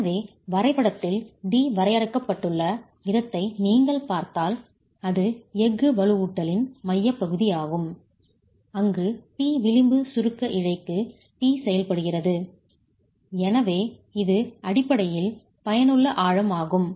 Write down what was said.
எனவே வரைபடத்தில் d வரையறுக்கப்பட்டுள்ள விதத்தை நீங்கள் பார்த்தால் அது எஃகு வலுவூட்டலின் மையப்பகுதியாகும் அங்கு T விளிம்பு சுருக்க இழைக்கு T செயல்படுகிறது எனவே இது அடிப்படையில் பயனுள்ள ஆழம் ஆகும்